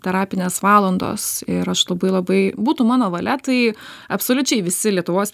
terapinės valandos ir aš labai labai būtų mano valia tai absoliučiai visi lietuvos